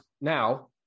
Now